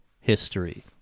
history